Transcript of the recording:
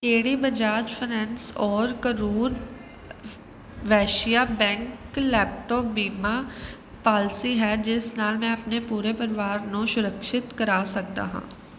ਕਿਹੜੀ Bajaj finance or Karur Vysya bank laptop ਬੀਮਾ policy ਹੈ ਜਿਸ ਨਾਲ ਮੈਂ ਆਪਣੇ ਪੂਰੇ ਪਰਿਵਾਰ ਨੂੰ ਸੁਰਕਸ਼ਿਤ ਕਰਾ ਸਕਦਾ ਹਾਂ